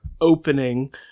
opening